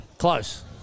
Close